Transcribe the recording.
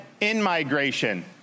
in-migration